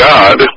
God